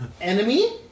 enemy